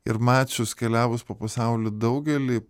ir mačius keliavus po pasaulį daugelį